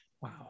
Wow